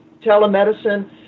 telemedicine